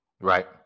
Right